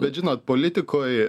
bet žinot politikoj